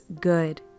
good